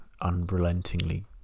unrelentingly